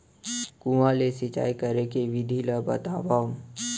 कुआं ले सिंचाई करे के विधि ला बतावव?